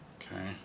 okay